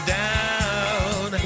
down